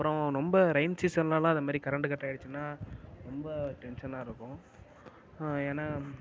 அப்பறம் ரொம்ப ரெயின் சீசன்லலாம் இந்த மாதிரி கரண்ட்டு கட் ஆகிடுச்சுன்னா ரொம்ப டென்ஷனாக இருக்கும் ஏன்னா